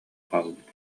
хаалбыт